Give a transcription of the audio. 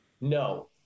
No